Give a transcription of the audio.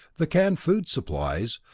the canned food supplies,